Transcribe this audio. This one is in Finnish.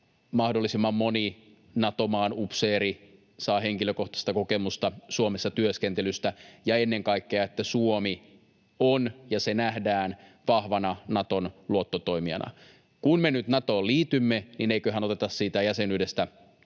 mahdollisimman moni Nato-maan upseeri saa henkilökohtaista kokemusta Suomessa työskentelystä, ja ennen kaikkea, että Suomi on ja se nähdään vahvana Naton luottotoimijana. Kun me nyt Natoon liitymme, niin eiköhän oteta siitä jäsenyydestä hyöty